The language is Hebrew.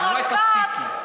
אז אולי תפסיקי.